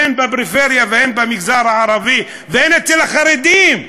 הן בפריפריה והן במגזר הערבי והן אצל החרדים?